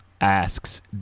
asks